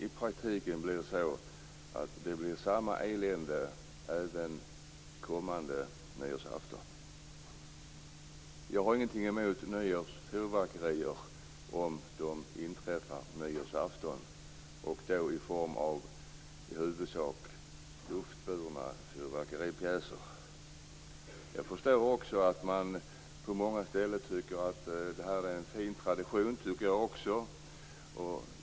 I praktiken kommer det att bli samma elände kommande nyårsafton. Jag har ingenting emot nyårsfyrverkerier om de inträffar på nyårsafton. Det skall då i huvudsak vara i form av luftburna fyrverkeripjäser. Jag förstår att man på många ställen tycker att detta är en fin tradition. Det tycker jag också.